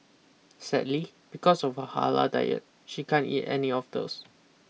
sadly because of her halal diet she can't eat any of those